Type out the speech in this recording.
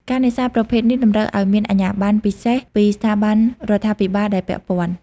ការនេសាទប្រភេទនេះតម្រូវឱ្យមាន អាជ្ញាប័ណ្ណ ពិសេសពីស្ថាប័នរដ្ឋាភិបាលដែលពាក់ព័ន្ធ